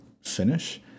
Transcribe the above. finish